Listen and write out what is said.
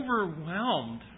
overwhelmed